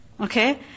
Okay